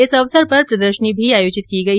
इस अवसर पर प्रदर्शनी भी आयोजित की गई